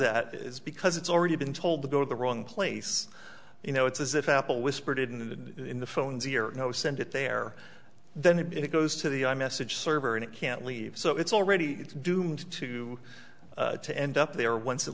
that is because it's already been told to go to the wrong place you know it's as if apple whispered in the in the phone's ear no send it there then it goes to the i message server and it can't leave so it's already doomed to to end up there once it